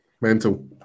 Mental